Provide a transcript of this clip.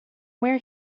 where